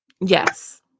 Yes